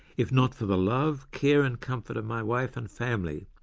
if not for the love, care, and comfort of my wife and family,